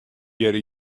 hearre